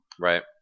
Right